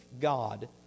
God